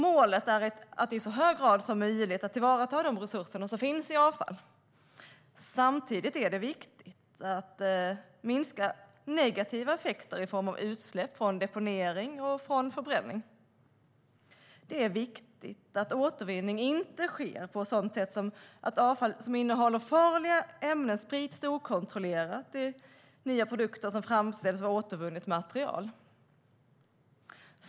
Målet är att i så hög grad som möjligt ta till vara de resurser som finns i avfall. Samtidigt är det viktigt att minska negativa effekter i form av utsläpp från deponering och förbränning. Det är viktigt att återvinning inte sker på ett sådant sätt att avfall som innehåller farliga ämnen sprids okontrollerat i nya produkter som framställs av återvunnet material.